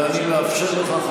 ואני מאפשר לך,